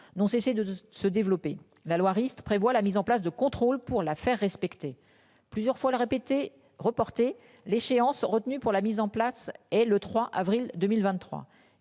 n'ont cessé de se développer. La loi Rist prévoit la mise en place de contrôles pour la faire respecter plusieurs fois répéter reporter l'échéance retenue pour la mise en place et le 3 avril 2023.